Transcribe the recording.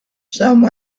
some